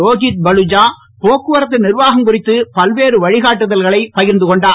ரோஹித் பலுஹா போக்குவரத்து நிர்வாகம் குறித்து பல்வேறு வழிகாட்டுதல்களை பகிர்ந்து கொண்டார்